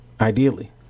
Ideally